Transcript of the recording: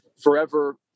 forever